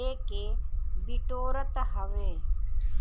लेके बिटोरत हवे